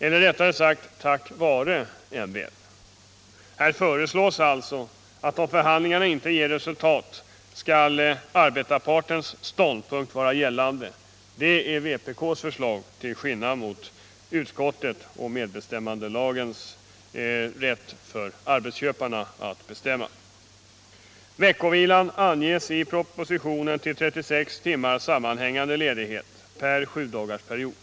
Eller rättare sagt, tack vare MBL. Här föreslås alltså att om förhandlingarna inte ger resultat skall arbetarpartens ståndpunkt vara gällande. Det är vpk:s förslag, till skillnad från utskottets ståndpunkt och medbestämmandelagens rätt för arbetsköparna att bestämma. Veckovilan anges i propositionen till 36 timmars sammanhängande ledighet per sjudagarsperiod.